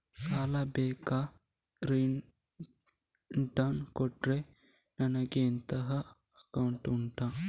ಸಾಲ ಬೇಗ ರಿಟರ್ನ್ ಕೊಟ್ರೆ ನನಗೆ ಎಂತಾದ್ರೂ ಡಿಸ್ಕೌಂಟ್ ಉಂಟಾ